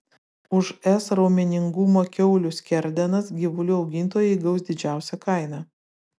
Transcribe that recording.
už s raumeningumo kiaulių skerdenas gyvulių augintojai gaus didžiausią kainą